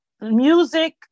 Music